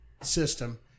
system